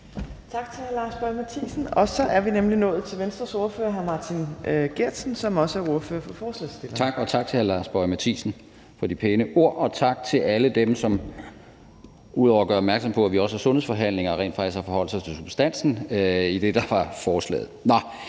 Tak til hr. Lars Boje Mathiesen. Så er vi nemlig nået til Venstres ordfører hr. Martin Geertsen, som også er ordfører for forslagsstillerne. Kl. 14:31 (Ordfører for forslagsstillerne) Martin Geertsen (V): Tak, og tak til hr. Lars Boje Mathiesen for de pæne ord, og tak til alle dem, som ud over at gøre opmærksom på, at vi også har sundhedsforhandlinger, rent faktisk har forholdt sig til substansen i det, der er forslaget.